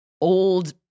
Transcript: old